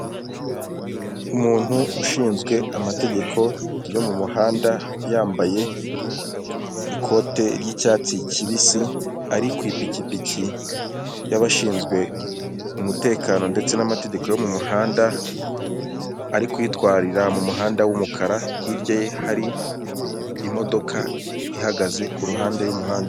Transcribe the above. Umuntu ushinzwe amategeko yo mu muhanda, yambaye ikote ry'icyatsi kibisi, ari ku ipikipiki y'abashinzwe umutekano ndetse n'amategeko yo mu muhanda, ari kuyitwarira mu muhanda w'umukara, hirya ye hari imodoka ihagaze ku ruhande y'umuhanda.